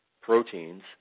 proteins